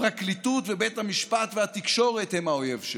הפרקליטות ובית המשפט והתקשורת הם האויב שלו.